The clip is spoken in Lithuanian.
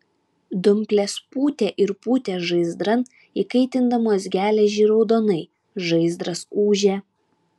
dumplės pūtė ir pūtė žaizdran įkaitindamos geležį raudonai žaizdras ūžė